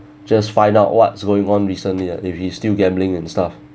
just find out what's going on recently if he's still gambling and stuff